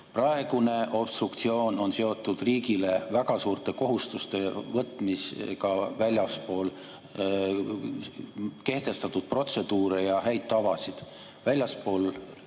Praegune obstruktsioon on seotud riigile väga suurte kohustuste võtmisega väljaspool kehtestatud protseduure ja häid tavasid, väljaspool